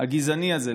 הגזעני הזה.